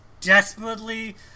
desperately